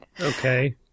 Okay